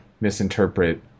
misinterpret